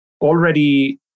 already